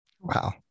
Wow